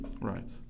Right